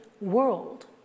world